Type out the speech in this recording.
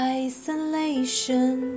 isolation